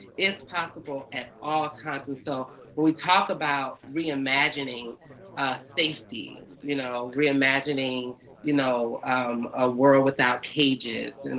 it's possible at all times. and so when we talk about reimagining safety, you know reimagining you know um a world without cages, and